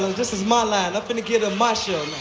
this is my line. i'm going to give them my show